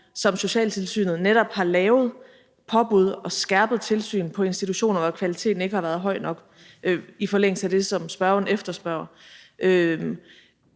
som socialtilsynet netop har lavet på institutioner, hvor kvaliteten ikke har været høj nok, i forlængelse af det, som spørgeren efterspørger.